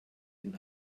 den